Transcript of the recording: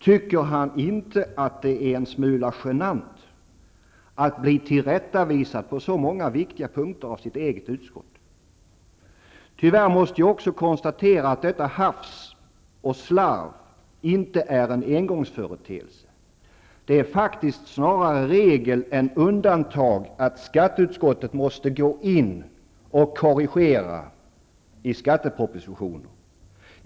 Tycker han inte att det är en smula genant att bli tillrättavisad på så många viktiga punkter av sitt eget utskott? Tyvärr måste jag också konstatera att detta hafs och slarv inte är en engångsföreteelse. Det är faktiskt snarare regel än undantag att skatteutskottet måste gå in och korrigera skattepropositioner.